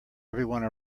everybody